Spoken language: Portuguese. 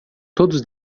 todos